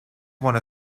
one